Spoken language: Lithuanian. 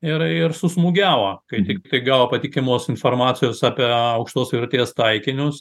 ir ir susmūgiavo kai tiktai gavo patikimos informacijos apie aukštos vertės taikinius